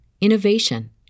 innovation